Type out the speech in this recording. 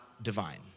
divine